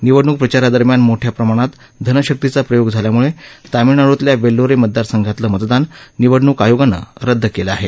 निवडणूक प्रचारादरम्यान मोठ्या प्रमाणात धनशक्तीचा प्रयोग झाल्यामुळे तामिळनाडूतल्या वेल्लोरे मतदारसंघातलं मतदान निवडणूक आयोगानं रद्द केलं आहे